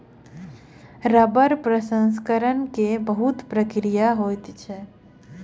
रबड़ प्रसंस्करण के बहुत प्रक्रिया होइत अछि